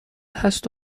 هست